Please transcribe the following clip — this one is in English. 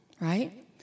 right